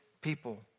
people